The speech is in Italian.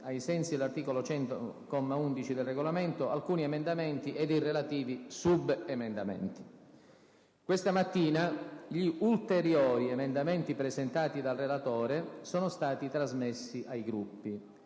ai sensi dell’articolo 100, comma 11, del Regolamento, alcuni emendamenti ed i relativi subemendamenti. Questa mattina gli ulteriori emendamenti presentati dal relatore sono stati trasmessi ai Gruppi.